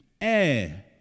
air